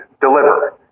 deliver